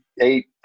eight